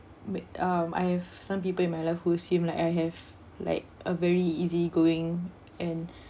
ma~ um I have some people in my life who assume like I have like a very easygoing and